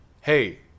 hey